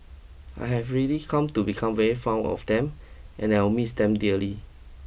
I have really come to become very found of them and I will miss them dearly